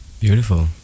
Beautiful